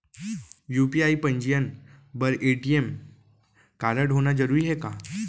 UPI पंजीयन बर ATM कारडहोना जरूरी हे का?